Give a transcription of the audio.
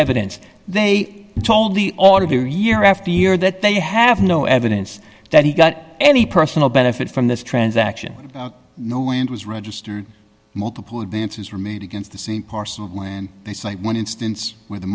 evidence they told the auditor year after year that they have no evidence that he got any personal benefit from this transaction no wind was registered multiple advances were made against the same parcel of land they say one instance where the